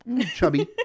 chubby